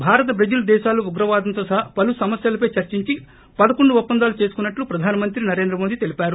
Bharat Brazil దేశాలు ఉగ్రవాదంతో సహా పలు సమస్యలపై చర్చించి పదకొండు ఒప్పందాలు చేసుకున్నట్లు ప్రధానమంత్రి నరేంద్ర మోదీ తెలిపారు